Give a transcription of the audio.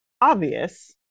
obvious